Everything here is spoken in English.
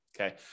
okay